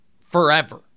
forever